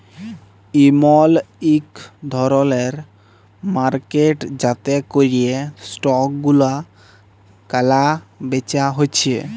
ইমল ইক ধরলের মার্কেট যাতে ক্যরে স্টক গুলা ক্যালা বেচা হচ্যে